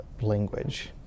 language